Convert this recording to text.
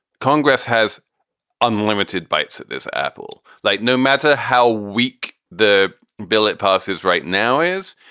congress has unlimited bites at this apple. like no matter how weak the bill it passes right now is,